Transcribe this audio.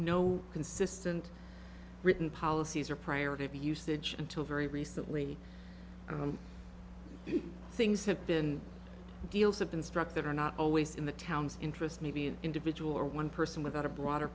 no consistent written policies or priority of usage until very recently things have been deals have been struck that are not always in the town's interest maybe an individual or one person without a broader